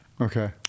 Okay